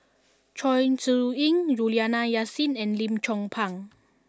Chong Siew Ying Juliana Yasin and Lim Chong Pang